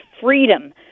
freedom